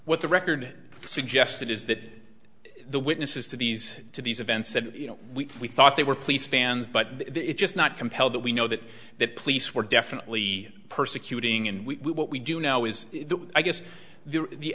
what the record suggested is that the witnesses to these to these events said you know we thought they were police fans but it's just not compelled that we know that that police were definitely persecuting and we what we do now is i guess the